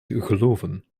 geloven